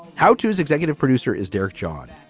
how tos executive producer is derek john.